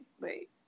Wait